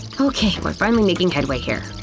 okay, we're finally making headway, here.